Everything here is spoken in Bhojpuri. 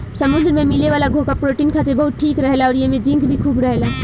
समुंद्र में मिले वाला घोंघा प्रोटीन खातिर बहुते ठीक रहेला अउरी एइमे जिंक भी खूब रहेला